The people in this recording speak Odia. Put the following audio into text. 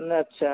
ଆଚ୍ଛା